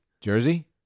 Jersey